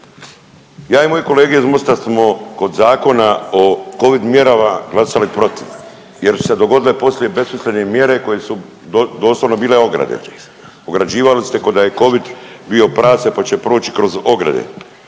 Ja i moji kolege iz Mosta smo kod zakona o Covid mjerama glasali protiv jer su se dogodile poslije besmislene mjere koje su doslovno bile ograđivale, ograđivali ste k'o da je Covid bio prase pa će proći kroz ograde.